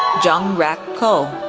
jong rak koh,